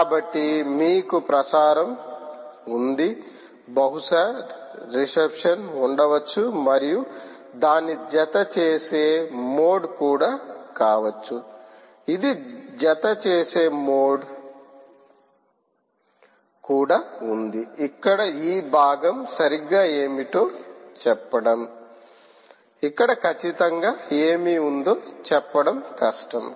కాబట్టి మీకు ప్రసారం ఉంది బహుశా రిసెప్షన్ ఉండవచ్చు మరియు దాని జత చేసే మోడ్ కూడా కావచ్చు ఇది జత చేసే మోడ్ కూడా ఉంది ఇక్కడ ఈ భాగం సరిగ్గా ఏమిటో చెప్పడం ఇక్కడ ఖచ్చితంగా ఏమి ఉందో చెప్పడం కష్టం